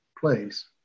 place